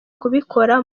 kubikora